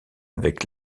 avec